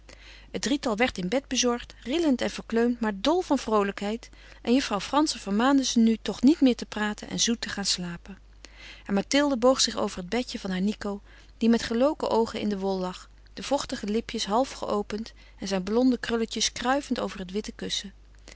het drietal werd in bed bezorgd rillend en verkleumd maar dol van vroolijkheid en juffrouw frantzen vermaande ze nu toch niet meer te praten en zoet te gaan slapen en mathilde boog zich over het bedje van haar nico die met geloken oogen in de wol lag de vochtige lipjes half geopend en zijn blonde krulletjes kruivend over het witte kussen